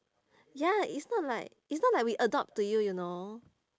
ya it's not like it's not like we adopt to you you know